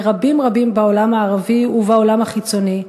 לרבים רבים בעולם הערבי ובעולם החיצוני,